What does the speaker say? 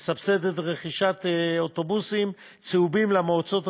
מסבסדת רכישת אוטובוסים צהובים למועצות האזוריות,